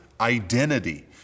identity